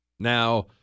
Now